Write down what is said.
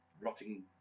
rotting